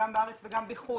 גם בארץ וגם בחו"ל,